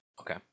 Okay